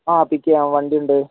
ആ പിക്ക് ചെയ്യാം വണ്ടിയുണ്ട്